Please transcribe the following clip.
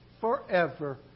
forever